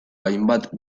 hainbat